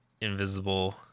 invisible